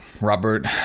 Robert